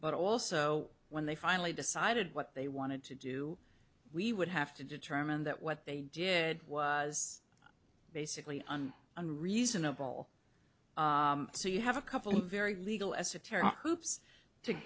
but also when they finally decided what they wanted to do we would have to determine that what they did was basically on an reasonable so you have a couple of very legal esoteric